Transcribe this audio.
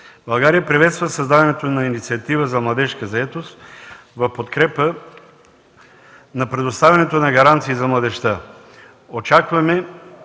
България приветства създаването на Инициатива за младежка заетост в подкрепа на предоставянето на гаранции за младежта. Очакваме